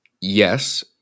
Yes